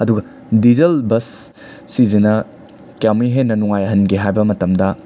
ꯑꯗꯨꯒ diesel bus ꯁꯤꯁꯤꯅ ꯀꯌꯥꯃꯨꯛ ꯍꯦꯟꯅ ꯅꯨꯡꯉꯥꯏꯍꯟꯒꯦ ꯍꯥꯏꯕ ꯃꯇꯝꯗ